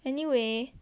anyway